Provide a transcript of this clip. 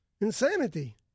Insanity